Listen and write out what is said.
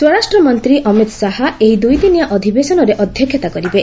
ସ୍ୱରାଷ୍ଟ୍ର ମନ୍ତ୍ରୀ ଅମିତ୍ ଶାହା ଏହି ଦ୍ରଇଦିନିଆ ଅଧିବେଶନରେ ଅଧ୍ୟକ୍ଷତା କରିବେ